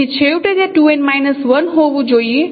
તેથી છેવટે ત્યાં 2n 1 હોવું જોઈએ